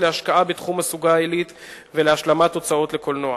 להשקעה בתחום הסוגה העילית ולהשלמת הוצאות לקולנוע.